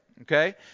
Okay